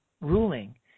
ruling